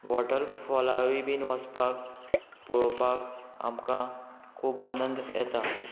वॉटरफॉलारूय बीन वचपाक पळोवपाक आमकां खूब आनंद येता